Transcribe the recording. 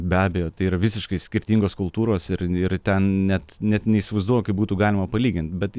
be abejo tai yra visiškai skirtingos kultūros ir ir ten net net neįsivaizduoju kaip būtų galima palygint bet